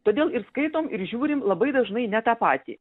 todėl ir skaitom ir žiūrim labai dažnai ne tą patį